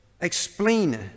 explain